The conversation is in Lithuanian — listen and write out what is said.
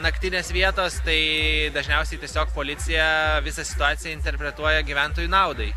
naktinės vietos tai dažniausiai tiesiog policija visą situaciją interpretuoja gyventojų naudai